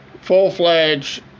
full-fledged